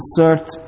insert